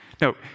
No